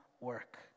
work